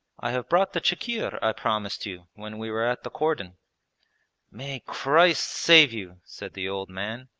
i have brought the chikhir i promised you when we were at the cordon may christ save you said the old man,